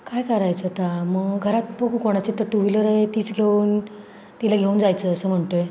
काय करायचं आता मग घरात बघू कोणाची तर टू व्हीलर आहे तीच घेऊन तिला घेऊन जायचं असं म्हणतो आहे